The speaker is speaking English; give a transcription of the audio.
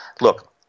look